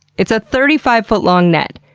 it's a thirty five foot-long net.